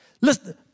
listen